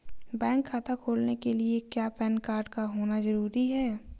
Bank खाता खोलने के लिए क्या पैन कार्ड का होना ज़रूरी है?